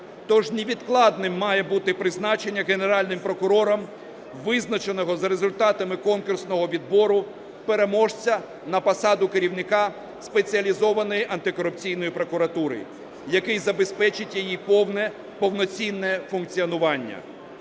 Тож невідкладним має бути призначення Генеральним прокурором визначеного за результатами конкурсного відбору переможця на посаду керівника Спеціалізованої антикорупційної прокуратури, який забезпечить її повне, повноцінне функціонування.